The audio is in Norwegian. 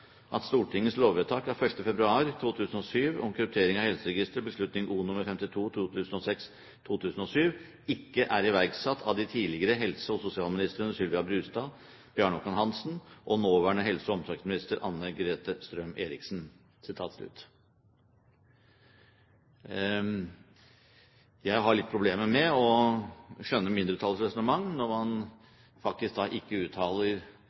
at Stortingets lovvedtak av 1. februar 2007 om kryptering av helseregistre (Besl. O. nr. 52 ) ikke er iverksatt av de tidligere helse- og omsorgsministrene Sylvia Brustad og Bjarne Håkon Hanssen og nåværende helse- og omsorgsminister Anne-Grete Strøm-Erichsen.» Jeg har litt problemer med å skjønne mindretallets resonnement når man faktisk ikke uttaler